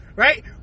Right